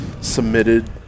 submitted